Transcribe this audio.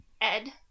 ed